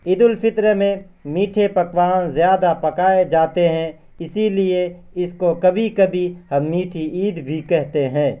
عید الفطر میں میٹھے پکوان زیادہ پکائے جاتے ہیں اسی لیے اس کو کبھی کبھی ہم میٹھی عید بھی کہتے ہیں